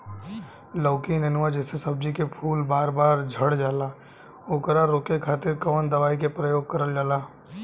लौकी नेनुआ जैसे सब्जी के फूल बार बार झड़जाला ओकरा रोके खातीर कवन दवाई के प्रयोग करल जा?